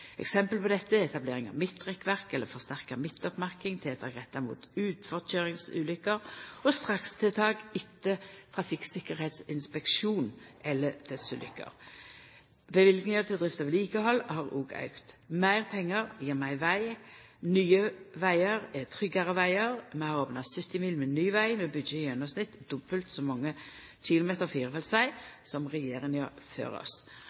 Eksempel på dette er etablering av midtrekkverk eller forsterka midtoppmerking, tiltak retta mot utforkøyringsulukker og strakstiltak etter trafikktryggleiksinspeksjon eller dødsulukker. Løyvingar til drift av vedlikehald har òg auka. Meir pengar gjev meir veg. Nye vegar er tryggare vegar. Vi har opna 70 mil med ny veg. Vi byggjer i gjennomsnitt dobbelt så mange